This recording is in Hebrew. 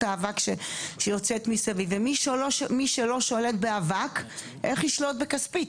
האבק שיוצאת מסביב ומי שלא שולט באבק איך ישלוט בכספית?